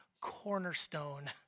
cornerstone